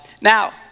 Now